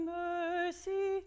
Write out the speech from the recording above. mercy